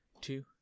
Two